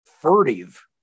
furtive